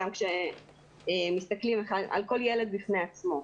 גם כשמסתכלים על כל ילד בפני עצמו.